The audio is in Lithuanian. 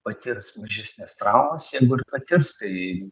patirs mažesnes traumas ir patirs tai